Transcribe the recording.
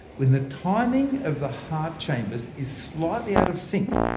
when the timing of the heart chambers is slightly out of synch,